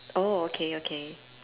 oh okay okay